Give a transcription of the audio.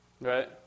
Right